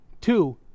Two